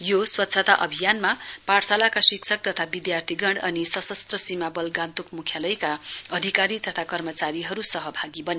योस्वच्छता अभियानमा पाठशालाका शिक्षक तथा विद्यार्थीगण अनि सस्त्र सीमा बल गान्तोक मुख्यालयका अधिकारी तथा कर्मचारीहरू सहभागी बने